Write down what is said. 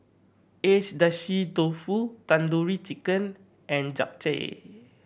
Agedashi Dofu Tandoori Chicken and Japchae